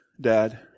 dad